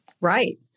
Right